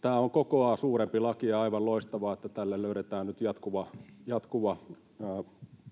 Tämä on kokoaan suurempi laki, ja aivan loistavaa, että tälle löydetään nyt jatkuva